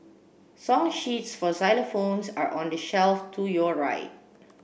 song sheets for xylophones are on the shelf to your right